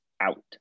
out